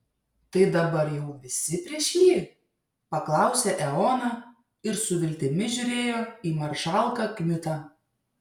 tai dabar jau visi prieš jį paklausė eoną ir su viltimi žiūrėjo į maršalką kmitą